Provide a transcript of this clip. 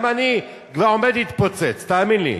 גם אני עומד להתפוצץ, תאמין לי.